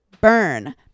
BURN